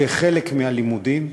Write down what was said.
כחלק מהלימודים.